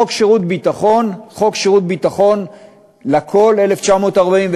חוק שירות ביטחון לכול, 1949,